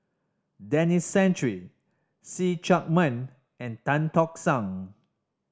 Denis Santry See Chak Mun and Tan Tock San